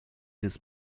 this